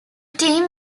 team